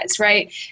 right